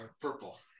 purple